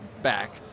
Back